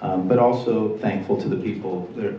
but also thankful to the people th